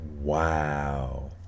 Wow